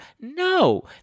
No